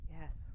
Yes